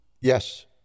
Yes